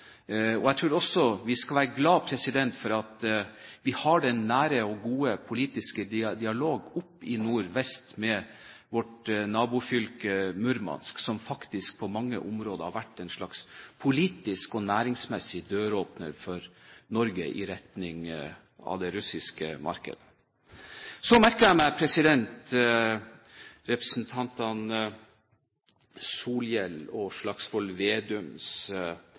Jeg tror også vi skal være glad for at vi har den nære og gode politiske dialogen oppe i nordvest med vårt nabofylke Murmansk, som faktisk på mange områder har vært en slags politisk og næringsmessig døråpner for Norge i retning av det russiske markedet. Så merker jeg meg representantene Solhjell og Slagsvold Vedums